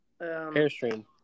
airstream